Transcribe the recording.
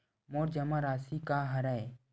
मोर जमा राशि का हरय?